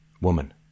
woman